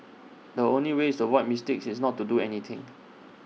the only way to avoid mistakes is not to do anything